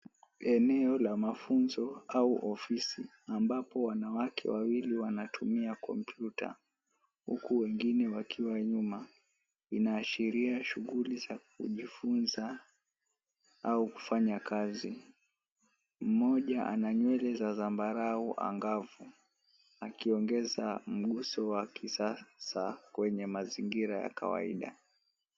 Eneo la mafunzo au ofisi ambapo wanawake wawili wanatumia komputa. Huku wengine wakiwa nyuma inashiria shughuli za kujifunza au kufanya kazi. Mmoja ana nywele za zambarau angavu, akiongeza mguso wa kisasa kwenye mazingira ya kawaida.